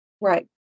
Right